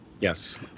Yes